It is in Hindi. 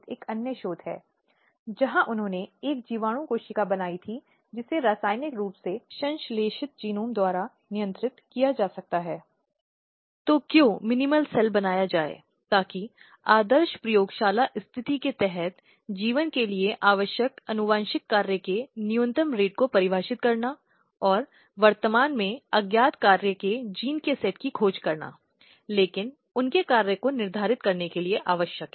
एक और हो सकता है सम्मान हत्याएंऑनर किलिंग जिसे हिंसा का एक रूप भी कहा जा सकता है जिसमें परिवार के सम्मान को बनाए रखने के लिए परिवार के सदस्य यह देखने का इरादा रखते हैं कि अगर किसी महिला ने कुछ किया है जो उन्हें महसूस होता है इस परिवार के सम्मान के रूप में गलत है